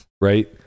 right